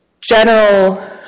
general